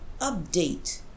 update